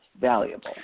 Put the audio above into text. valuable